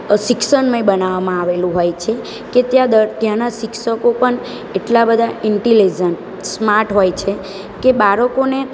શિક્ષણમય બનાવામાં આવેલું હોય છે કે ત્યાં દર ત્યાંનાં શિક્ષકો પણ એટલા બધા ઇન્ટેલિઝન્ટ સ્માર્ટ હોય છે કે બાળકોને